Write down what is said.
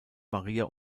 maria